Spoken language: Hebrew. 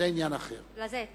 לזה התכוונתי.